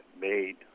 made